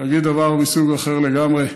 להגיד דבר מסוג אחר לגמרי.